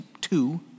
two